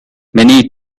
many